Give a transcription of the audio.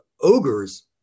ogres